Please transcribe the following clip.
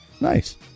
nice